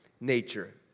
Nature